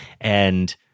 and-